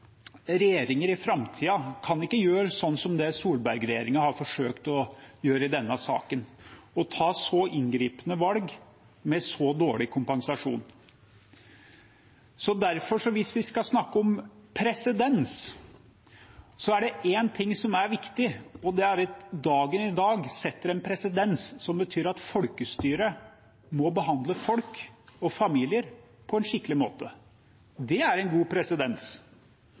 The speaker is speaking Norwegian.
regjeringer i framtiden ikke kan gjøre sånn som det Solberg-regjeringen har forsøkt å gjøre i denne saken: å ta så inngripende valg med så dårlig kompensasjon. Hvis vi skal snakke om presedens, er det én ting som er viktig, og det er at dagen i dag setter en presedens som betyr at folkestyret må behandle folk og familier på en skikkelig måte. Det er en god presedens.